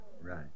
Right